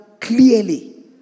clearly